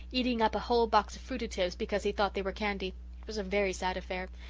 eating up a whole box of fruitatives because he thought they were candy. it was a very sad affair.